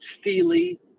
steely